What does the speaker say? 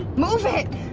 move it.